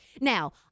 Now